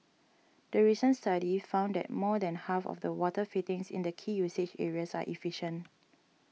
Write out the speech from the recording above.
the recent study found that more than half of the water fittings in the key usage areas are efficient